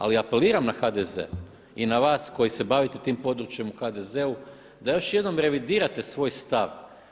Ali apeliram na HDZ i na vas koji se bavite tim područjem u HDZ-u da još jednom revidirate svoj stav.